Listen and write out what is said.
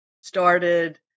started